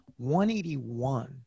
181